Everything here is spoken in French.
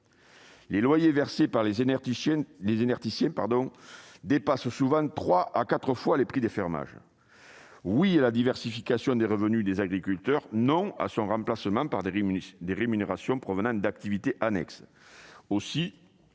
Les loyers versés par les énergéticiens dépassent souvent trois à quatre fois les prix des fermages. Oui à la diversification des revenus des agriculteurs ; non à leur remplacement par des rémunérations provenant d'activités annexes. Aussi